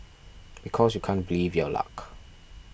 because you can't believe your luck